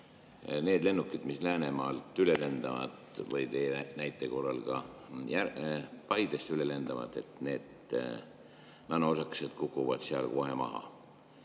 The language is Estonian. nende lennukite kohta, mis Läänemaalt üle lendavad või teie näite korral ka Paidest üle lendavad, et need nanoosakesed kukuvad seal kohe maha.